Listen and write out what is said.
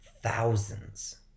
thousands